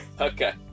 Okay